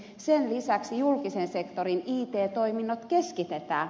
sen lisäksi julkisen sektorin it toiminnot keskitetään